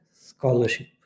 scholarship